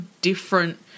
different